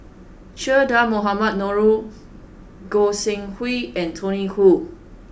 Che Dah Mohamed Noor Goi Seng Hui and Tony Khoo